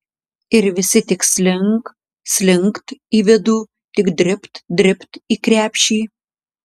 ir visi tik slink slinkt į vidų tik dribt dribt į krepšį